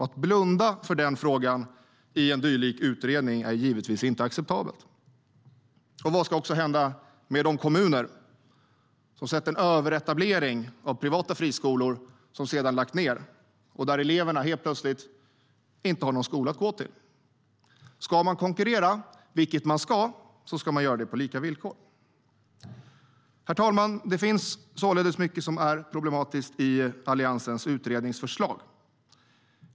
Att blunda för den frågan i en dylik utredning är givetvis inte acceptabelt. Och vad ska hända med de kommuner som haft en överetablering av privata friskolor som redan lagts ned och där eleverna helt plötsligt inte har någon skola att gå till? Ska man konkurrera, vilket man ska, ska man göra det på lika villkor. Herr talman! Det finns således mycket som är problematiskt i Alliansens utredningsförslag.